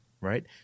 right